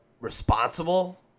responsible